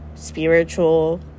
spiritual